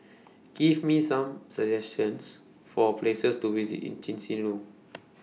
Give Me Some suggestions For Places to visit in Chisinau